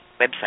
website